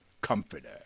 comforter